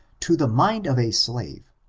to the mind of a slave,